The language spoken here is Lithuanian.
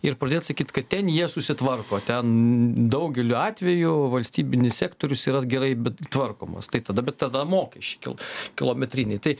ir pradėt sakyt kad ten jie susitvarko ten daugeliu atvejų valstybinis sektorius yra gerai bet tvarkomas tai tada bet tada mokesčiai kil kilometriniai tai